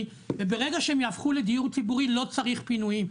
וברגע שהם יהפכו לדיור ציבורי לא צריך פינויים,